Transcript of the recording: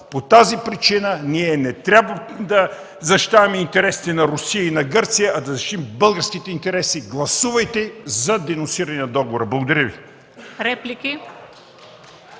По тази причина ние не трябва да защитаваме интересите на Русия и на Гърция, а да защитим българските интереси. Гласувайте за денонсиране на договора! Благодаря.